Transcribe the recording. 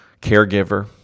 caregiver